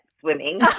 swimming